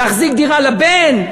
להחזיק דירה לבן,